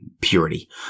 purity